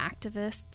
activists